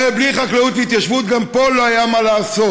הרי בלי חקלאות והתיישבות גם פה לא היה מה לעשות,